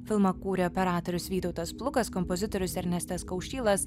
filmą kūrė operatorius vytautas plukas kompozitorius ernestas kaušylas